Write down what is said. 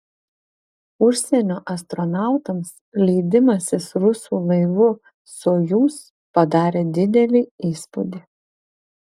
užsienio astronautams leidimasis rusų laivu sojuz padarė didelį įspūdį